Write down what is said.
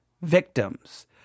victims